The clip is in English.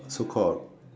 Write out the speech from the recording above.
so called